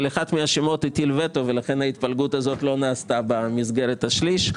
על אחד מהשמות הטיל וטו ולכן ההתפלגות הזאת לא נעשתה במסגרת השליש.